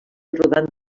rodant